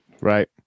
Right